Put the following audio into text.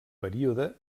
període